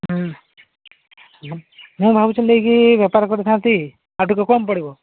ହୁଁ ମୁଁ ଭାବୁଥୁଲି କି ବେପାର କରିଥାନ୍ତି ଆଉ ଟିକେ କମ୍ ପଡ଼ିବ